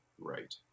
Right